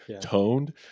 toned